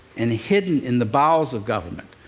and hidden in the bowels of government,